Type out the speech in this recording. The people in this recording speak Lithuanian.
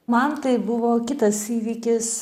man tai buvo kitas įvykis